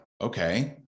okay